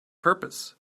purpose